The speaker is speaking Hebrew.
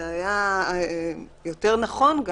זה היה יותר נכון,